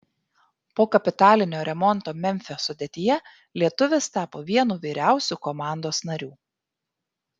po kapitalinio remonto memfio sudėtyje lietuvis tapo vienu vyriausių komandos narių